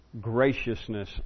graciousness